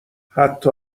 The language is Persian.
حتی